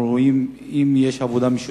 אנחנו רואים, אם יש עבודה משותפת,